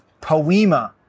poema